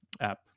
app